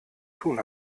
tun